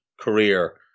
career